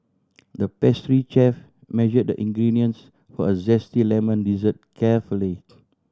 the pastry chef measured the ingredients for a zesty lemon dessert carefully